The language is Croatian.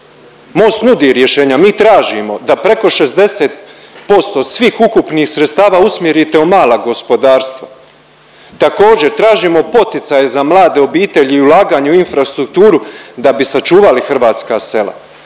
Most nudi rješenja, mi tražimo da preko 60% svih ukupnih sredstava usmjerite u mala gospodarstva. Također tražimo poticaje za mlade obitelji i ulaganje u infrastrukturu da bi sačuvali hrvatska sela.